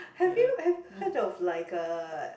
have you have you heard of like uh